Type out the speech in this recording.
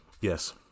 Yes